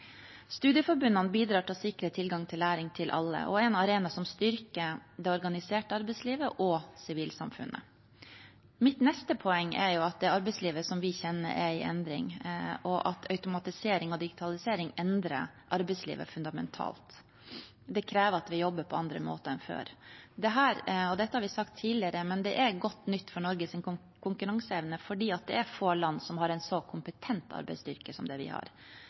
Studieforbundene bidrar til å sikre tilgang til læring til alle og er en arena som styrker det organiserte arbeidslivet og sivilsamfunnet. Mitt neste poeng er at det arbeidslivet som vi kjenner, er i endring, og at automatisering og digitalisering endrer arbeidslivet fundamentalt. Det krever at vi jobber på andre måter enn før. Dette er – det har vi også sagt tidligere – godt nytt for Norges konkurranseevne fordi det er få land som har en så kompetent arbeidsstyrke som det vi har.